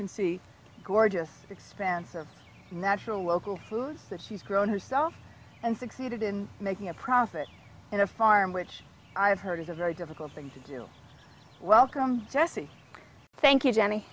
can see gorgeous expanse of natural local foods but she's grown herself and succeeded in making a profit in a farm which i have heard is a very difficult thing to do welcome jessie thank you jenny